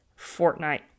Fortnite